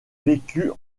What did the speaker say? vécu